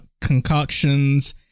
concoctions